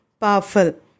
powerful